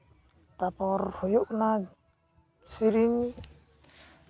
ᱛᱟᱨᱯᱚᱨ ᱦᱩᱭᱩᱜ ᱠᱟᱱᱟ ᱥᱮᱨᱮᱧ